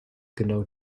genau